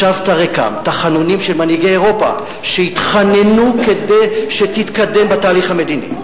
השבת ריקם פניהם של מנהיגי אירופה שהתחננו כדי שתתקדם בתהליך המדיני,